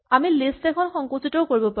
আমি লিষ্ট এখন সংকুচিতও কৰিব পাৰোঁ